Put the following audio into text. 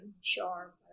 sure